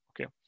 Okay